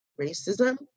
racism